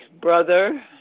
brother